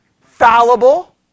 Fallible